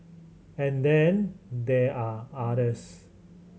and then there are others